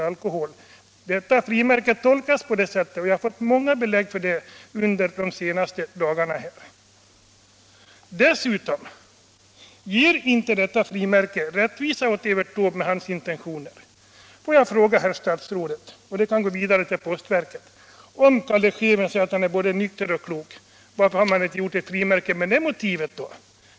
Under de senaste dagarna har jag fått många belägg för att frimärket tolkas på det sättet. Dessutom gör detta frimärke inte rättvisa åt Evert Taube och hans intentioner. Får jag fråga herr statsrådet, och det kan gå vidare till postverket: Om Calle Schewen säger att han är både nykter och klok, varför har man då inte gjort ett frimärke med noter på det motivet?